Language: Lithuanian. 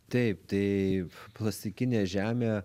taip tai plastikinė žemė